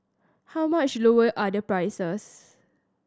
how much lower are the prices